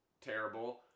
terrible